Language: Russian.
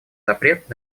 запрет